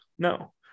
No